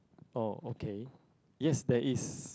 oh okay yes there is